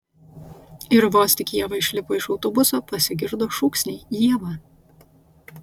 ir vos tik ieva išlipo iš autobuso pasigirdo šūksniai ieva